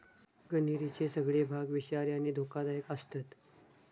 कण्हेरीचे सगळे भाग विषारी आणि धोकादायक आसतत